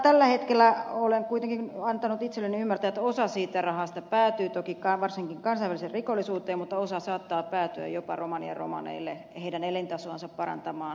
tällä hetkellä olen kuitenkin antanut itseni ymmärtää että osa siitä rahasta päätyy toki varsinkin kansainvälisen rikollisuuteen mutta osa saattaa päätyä jopa romanian romaneille heidän elintasoansa parantamaan romaniassa